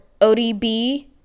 ODB